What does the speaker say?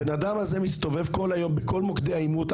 האיש הזה מסתובב כל היום בכל מוקדי העימות.